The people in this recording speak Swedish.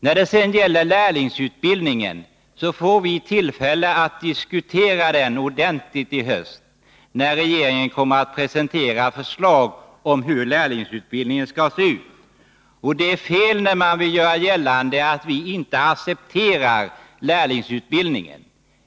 När det sedan gäller lärlingsutbildningen vill jag säga att vi får tillfälle att diskutera den frågan ordentligt i höst när regeringen presenterar förslag om hur lärlingsutbildningen skall se ut. Det är fel att göra gällande att vi inte accepterar lärlingsutbildningen.